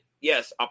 Yes